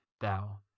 thou